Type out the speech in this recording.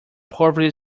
poverty